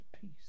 peace